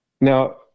now